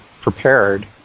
prepared